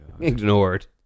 Ignored